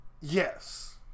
Yes